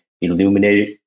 illuminated